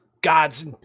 gods